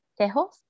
tejos